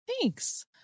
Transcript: Thanks